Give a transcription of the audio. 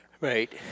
Right